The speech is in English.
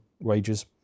Wages